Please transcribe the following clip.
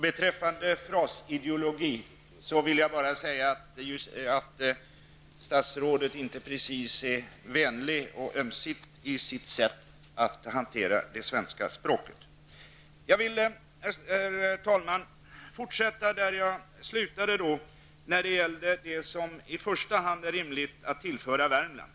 Beträffande frasretoriken vill jag bara säga att statsrådet inte precis är vänlig och ömsint i sitt sätt att hantera det svenska språket. Jag vill, herr talman, fortsätta där jag slutade när det gällde det som i första hand är rimligt att tillföra Värmland.